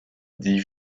dis